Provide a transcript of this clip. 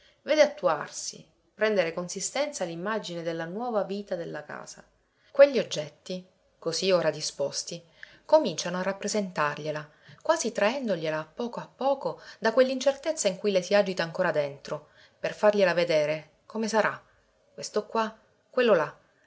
vede attuarsi prendere consistenza l'immagine della nuova vita della casa quegli oggetti così ora disposti cominciano a rappresentargliela quasi traendogliela a poco a poco da quell'incertezza in cui le si agita ancora dentro per fargliela vedere come sarà questo qua questo là